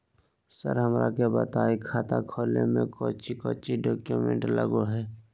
Sir हमरा के बताएं खाता खोले में कोच्चि कोच्चि डॉक्यूमेंट लगो है?